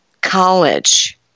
College